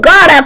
God